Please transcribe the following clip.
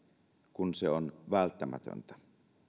kun se on välttämätöntä